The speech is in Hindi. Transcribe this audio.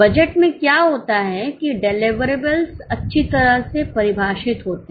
बजट में क्या होता है कि डिलिवरेबल्स अच्छी तरह से परिभाषित होते हैं